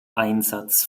einsatz